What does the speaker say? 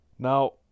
Now